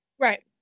Right